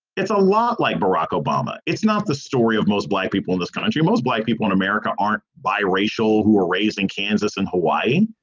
it's a lot like barack obama. it's not the story of most black people in this country. most black people in america aren't biracial who are raised in kansas and hawaii.